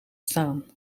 staan